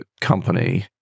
company